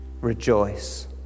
rejoice